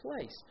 place